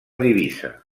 divisa